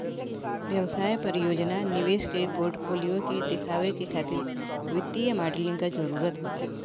व्यवसाय परियोजना निवेश के पोर्टफोलियो के देखावे खातिर वित्तीय मॉडलिंग क जरुरत होला